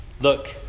look